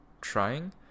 trying